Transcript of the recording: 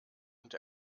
und